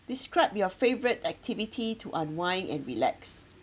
describe your favourite activity to unwind and relax